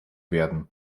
werden